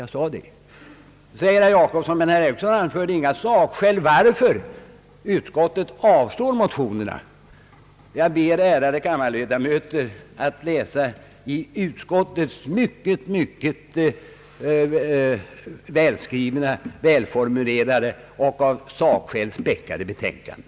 Då säger herr Jacobsson att herr Eriksson inte anförde några sakskäl varför utskottet avslår motionerna, Jag ber de ärade kammarledamöterna att läsa utskottets mycket välformulerade och av sakskäl späckade betänkande.